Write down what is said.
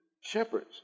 Shepherds